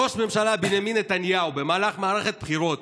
ראש הממשלה בנימין נתניהו ביקר במהלך מערכת הבחירות